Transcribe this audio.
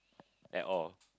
at all